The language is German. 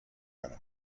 können